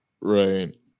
Right